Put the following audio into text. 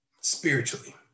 spiritually